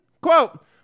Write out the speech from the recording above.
quote